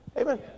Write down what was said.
Amen